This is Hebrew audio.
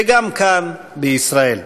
וגם כאן בישראל.